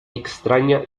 extraña